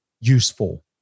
useful